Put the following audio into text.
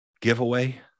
giveaway